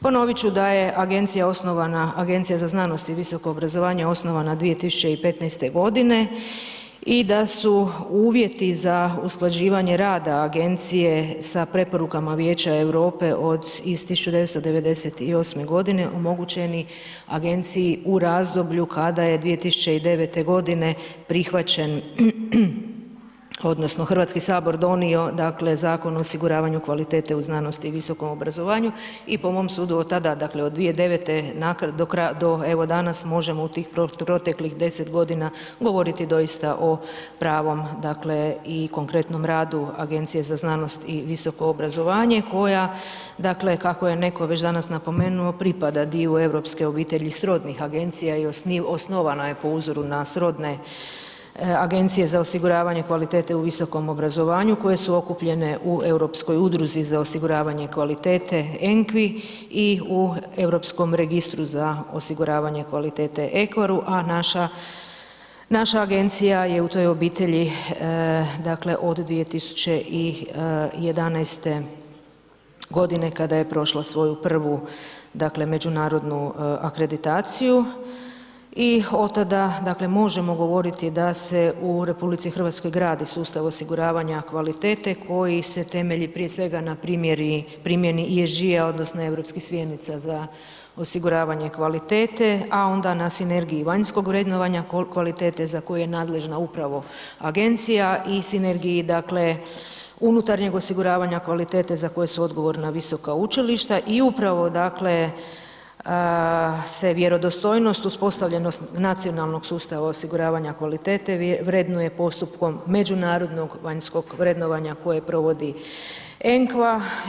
Ponovit ću da je Agencija osnovana, Agencija za znanost i visoko obrazovanje osnovana 2015. godine i da su uvjeti za usklađivanje rada Agencije sa preporukama Vijeća Europe iz 1998. godine omogućeni Agenciji u razdoblju kada je 2009. godine prihvaćen odnosno Hrvatski sabor donio dakle Zakon o osiguravanju kvalitete u znanosti i visokom obrazovanju i po mom sudu od tada dakle, od 2009. do evo danas možemo u tih proteklih 10 godina govoriti doista o pravom i konkretnom radu Agencije za znanost i visoko obrazovanje koja koja dakle, kako je netko već danas napomenu pripada dio europske obitelji srodnih agencija i osnovana je po uzoru na srodne agencije za osiguravanje kvalitete u visokom obrazovanju koje su okupljene u Europskoj udruzi za osiguravanje kvalitete ENQA i u Europskom registru za osiguravanje kvalitete EQAR-u, a naša, naša agencija je u toj obitelji dakle od 2011. godine kada je prošla svoju prvu dakle međunarodnu akreditaciju i od tada dakle možemo govoriti da se u RH gradi sustav osiguravanja kvalitete koji se temelji prije svega na primjeni …/nerazumljivo/… odnosno europskih smjernica za osiguravanje kvalitete, a onda na sinergiji vanjskog vrednovanja kvalitete za koju je nadležna upravo agencija i sinergiji dakle unutarnjeg osiguravanja kvalitete za koje su odgovorna visoka učilišta i upravo dakle se vjerodostojnost uspostavljenost nacionalnog sustava osiguravanja kvalitete vrednuje postupkom međunarodnog vanjskog vrednovanja koje provodi ENQA.